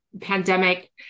pandemic